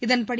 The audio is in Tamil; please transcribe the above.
இதன்படி